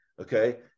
okay